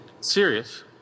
Serious